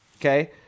Okay